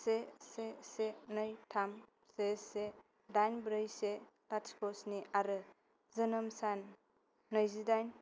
से से से नै थाम से से दाइन ब्रै से लाथिख' स्नि आरो जोनोम सान नैजिदाइन